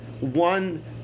one